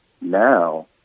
Now